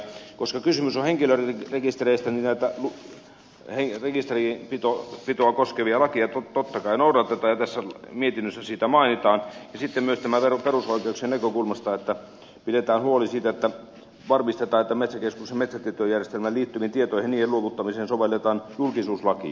koska kysymys on henkilöiden rekistereistä niin tätä rekisterinpitoa koskevia lakeja totta kai noudatetaan ja tässä mietinnössä siitä mainitaan ja sitten myös perusoikeuksien näkökulmasta pidetään huoli siitä että varmistetaan että metsäkeskuksen metsätietojärjestelmään liittyviin tietoihin ja niiden luovuttamiseen sovelletaan julkisuuslakia